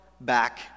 back